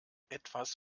etwas